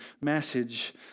message